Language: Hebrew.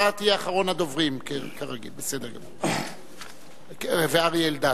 אתה תהיה אחרון הדוברים, כרגיל, ואריה אלדד.